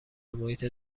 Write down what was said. محیط